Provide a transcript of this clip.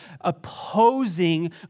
opposing